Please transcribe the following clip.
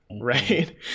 right